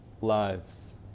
lives